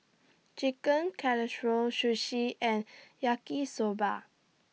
Chicken Casserole Sushi and Yaki Soba